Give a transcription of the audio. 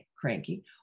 cranky